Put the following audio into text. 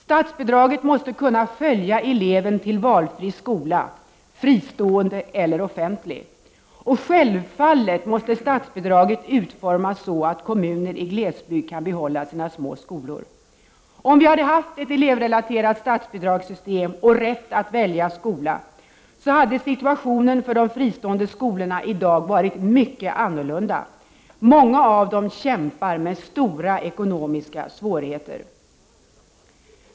Statsbidraget måste kunna följa eleven till valfri skola, fristående eller offentlig. Självfallet måste statsbidraget utformas så att kommuner i glesbygd kan behålla sina små skolor. Om vi haft ett elevrelaterat statsbidragssystem och rätt att välja skola, hade situationen för de fristående skolorna i dag varit helt annorlunda. Många av dem kämpar med stora ekonomiska svårigheter.